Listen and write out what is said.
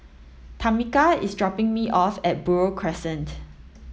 Tamica is dropping me off at Buroh Crescent